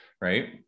right